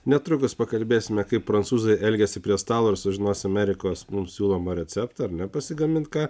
netrukus pakalbėsime kaip prancūzai elgiasi prie stalo ir sužinosim erikos mums siūlomą receptą ar ne pasigamint ką